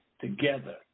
together